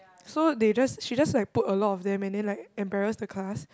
so they just she just like put a lot of them and then like embarrass the class